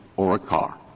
or a car.